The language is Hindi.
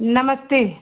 नमस्ते